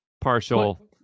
partial